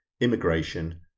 immigration